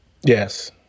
Yes